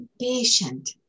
Patient